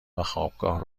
وخوابگاه